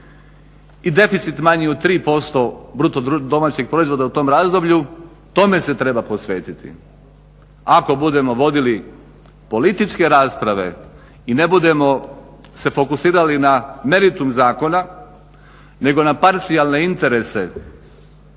i deficit manji od 3% BDP-a u tom razdoblju, tome se treba posvetiti. Ako budemo vodili političke rasprave i ne budemo se fokusirali na meritum zakona nego na parcijalne interese